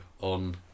on